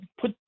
put